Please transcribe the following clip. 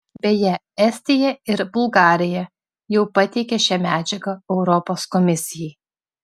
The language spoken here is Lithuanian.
beje estija ir bulgarija jau pateikė šią medžiagą europos komisijai